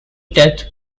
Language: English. death